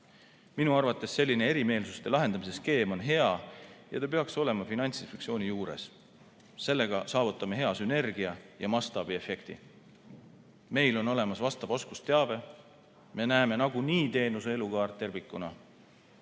Minu arvates selline erimeelsuste lahendamise skeem on hea ja ta peaks olema Finantsinspektsiooni juures. Sellega saavutame hea sünergia ja mastaabiefekti. Meil on olemas vastav oskusteave, me näeme nagunii teenuse elukaart tervikuna